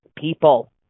people